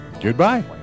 Goodbye